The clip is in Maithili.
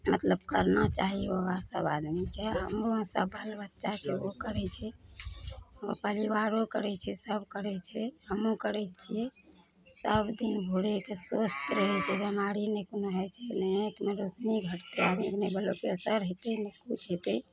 मतलब करबा चाही योगा सब आदमीके हमरो सब बाल बच्चा छै ओ करै छै ओ परिवारो करै छै सब करै छै हमहुँ करै छियै सब दिन भोरेके स्वस्थ रहै छै बेमारी नहि कोनो होइ छै नहि आँखिमे रोशनी घटतै आदमीके नहि बल्डप्रेशर हेतै नहि किछु हेतै